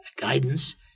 guidance